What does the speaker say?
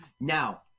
Now